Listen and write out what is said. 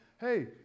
hey